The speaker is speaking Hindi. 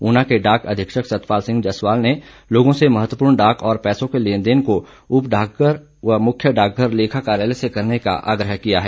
ऊना के डाक अधीक्षक सतपाल सिंह जसवाल ने लोगों से महत्वपूर्ण डाक और पैसों के लेन देन को उप डाकघर व मुख्य डाकघर लेखा कार्यालय से करने का आग्रह किया है